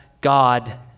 God